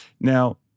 Now